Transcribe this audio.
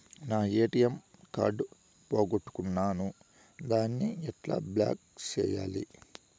నా ATM card పోగొట్టుకున్నాను, దాన్ని ఎట్లా బ్లాక్ సేయాలి?